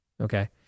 Okay